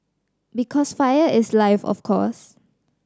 because fire is life of course